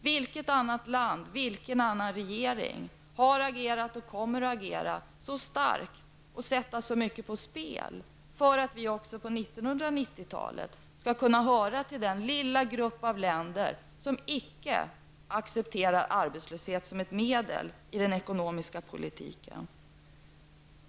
Vilket annat land, vilken annan regering, har agerat och kommer att agera så starkt och sätta så mycket på spel för att även under 1990-talet kunna höra till den lilla grupp av länder som icke accepterar arbetslöshet som ett medel i den ekonomiska politiken?